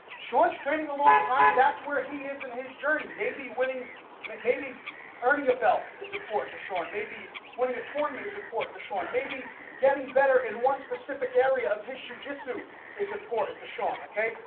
shorts training a long time that's where he is in his journey may be winning may be earning a belt is important to show it may be winning a tournament is important to show it may be getting better in one specific area of history jitsu is important to shawn, okay,